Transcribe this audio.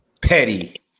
petty